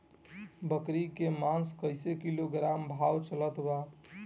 बकरी के मांस कईसे किलोग्राम भाव चलत बा?